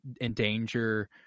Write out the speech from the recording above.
endanger